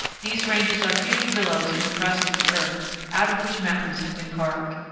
these ranges are huge billows in the crust of the earth out of which mountains have been carved.